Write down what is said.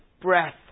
breath